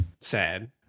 sad